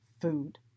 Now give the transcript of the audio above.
food